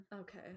Okay